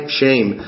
shame